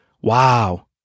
wow